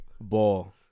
Ball